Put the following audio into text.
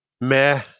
Meh